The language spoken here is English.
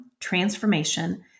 transformation